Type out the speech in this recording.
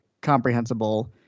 comprehensible